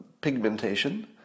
pigmentation